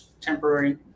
temporary